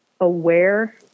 aware